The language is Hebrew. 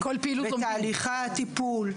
בהליכה לטיפול,